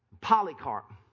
Polycarp